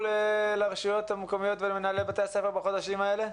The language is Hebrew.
לרשויות המקומיות ולמנהלי בתי הספר בחודשים האלה?